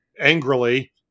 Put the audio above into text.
angrily